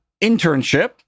internship